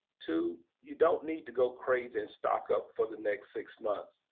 two, you don't need to go crazy and stock up for the next six months,